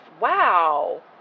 wow